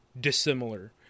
dissimilar